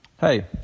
Hey